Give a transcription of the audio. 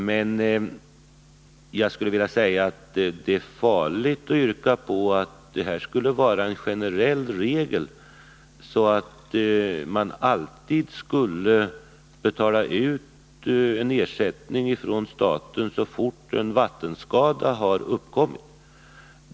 Men jag anser att det är farligt att yrka på att detta skulle vara en generell regel, så att man alltid betalar ut en ersättning från staten så fort en vattenskada har uppkommit.